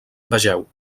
vegeu